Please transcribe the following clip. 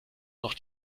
noch